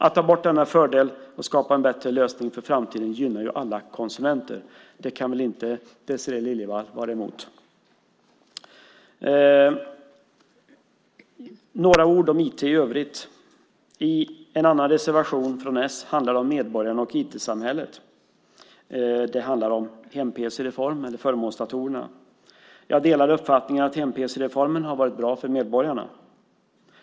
Att ta bort denna fördel och skapa en bättre lösning för framtiden gynnar ju alla konsumenter. Det kan väl inte Désirée Liljevall vara emot? Jag ska säga några ord om IT i övrigt. I nästa reservation från s handlar det om medborgarna och IT-samhället. Det handlar om hem-pc-reformen, det vill säga förmånsdatorerna. Jag delar uppfattningen att hem-pc-reformen har varit bra för medborgarna.